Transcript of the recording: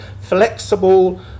flexible